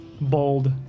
bold